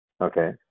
Okay